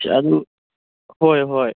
ꯑꯁ ꯑꯗꯨ ꯍꯣꯏ ꯍꯣꯏ